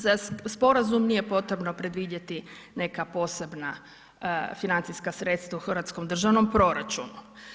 Za sporazum nije potrebno predvidjeti neka posebna financijska sredstva u hrvatskom državnom proračunu.